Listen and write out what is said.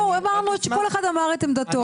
בואו, כל אחד אמר את עמדתו.